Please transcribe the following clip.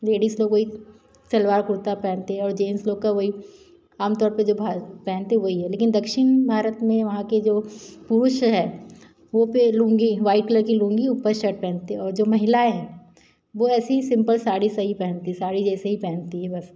ladies लोगों ही सलवार कुर्ता पहनते हैं और जेन्स लोग का वही आमतौर पर जो भा पहनते हैं वही है लेकिन दक्षिण भारत मे वहाँ के जो पुरुष है वह पर लूँगी व्हाइट कलर की लूँगी ऊपर शर्ट पहनते हैं और जो महिलाएँ हैं वह ऐसी ही सिम्पल साड़ी से ही पहनती है साड़ी जैसे ही पहनती हैं बस